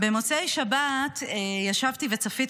במוצאי שבת ישבתי וצפיתי